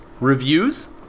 reviews